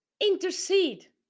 intercede